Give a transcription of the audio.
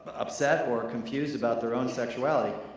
upset or confused about their own sexuality.